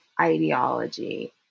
ideology